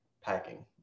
Packing